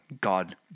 God